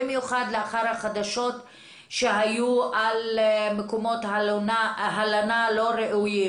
במיוחד לאחר החדשות שהיו על מקומות הלנה לא ראויים.